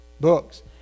books